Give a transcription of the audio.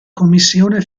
commissione